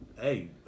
hey